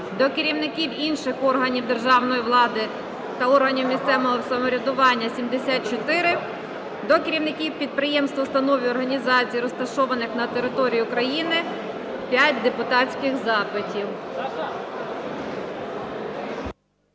до керівників інших органів державної влади та органів місцевого самоврядування – 74; до керівників підприємств, установ і організацій, розташованих на території України – 5 депутатських запитів.